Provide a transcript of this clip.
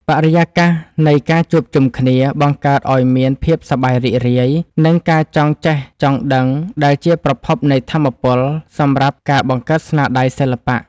បរិយាកាសនៃការជួបជុំគ្នាបង្កើតឱ្យមានភាពសប្បាយរីករាយ និង ការចង់ចេះចង់ដឹងដែលជាប្រភពនៃថាមពលសម្រាប់ការបង្កើតស្នាដៃសិល្បៈ។